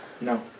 No